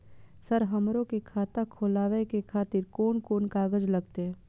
Sir हमरो के खाता खोलावे के खातिर कोन कोन कागज लागते?